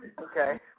okay